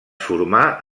formà